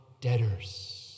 debtors